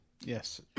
Yes